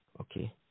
Okay